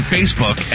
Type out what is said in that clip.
Facebook